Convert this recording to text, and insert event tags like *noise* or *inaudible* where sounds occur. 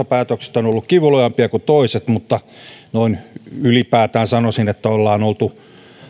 *unintelligible* päätöksistä on ollut kivuliaampia kuin toiset mutta noin ylipäätään sanoisin että ollaan oltu